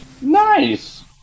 Nice